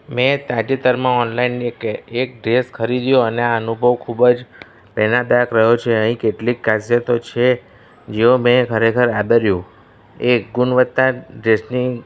મેં તાજેતરમાં ઓનલાઈન એક એક ડ્રેસ ખરીદ્યો અને આ અનુભવ ખૂબ જ પ્રેરણાદાયક રહ્યો છે અહીં કેટલીક ખાસિયાતો છે જો મેં ખરેખર આદર્યો એ ગુણવત્તા ડ્રેસની